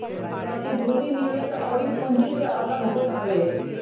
प्रतिभूति निवेश अउरी पूँजी से अलग होत हवे